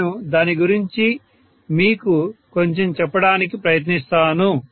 నేను దాని గురించి మీకు కొంచెం చెప్పడానికి ప్రయత్నిస్తాను